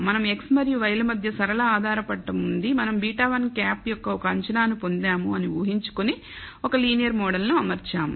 మనం x మరియు y ల మధ్య సరళ ఆధారపడటం ఉంది మనం β̂1 యొక్క ఒక అంచనాను పొందాము అని ఊహించుకొని ఒక లీనియర్ మోడల్ను అమర్చాము